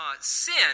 sin